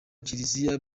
kiliziya